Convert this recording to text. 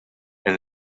and